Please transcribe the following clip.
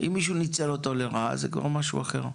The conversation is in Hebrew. אם מישהו ניצל אותו לרעה, זה כבר משהו אחר.